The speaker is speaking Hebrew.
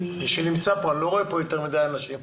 מי שנמצא פה, אני לא רואה פה יותר מדי אנשים.